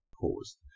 caused